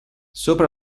sopra